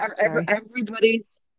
everybody's